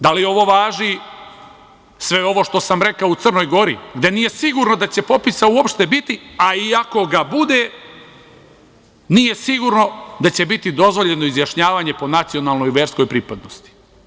Da li ovo važi, sve ovo što sam rekao, u Crnoj Gori, gde nije sigurno da će popisa uopšte biti, a i ako ga bude, nije sigurno da će biti dozvoljeno izjašnjavanje po nacionalnoj i verskoj pripadnosti?